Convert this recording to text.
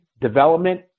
development